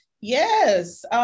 Yes